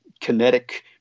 kinetic